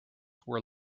were